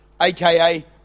AKA